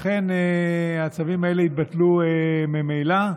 לכן הצווים האלה יתבטלו ממילא.